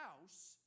house